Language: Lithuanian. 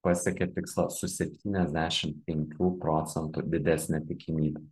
pasiekia tikslą su septyniasdešim penkių procentų didesne tikimybe